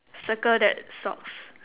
circle that socks